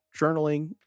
Journaling